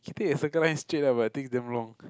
keep it at Circle Line straight lah but it takes damn long